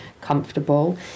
comfortable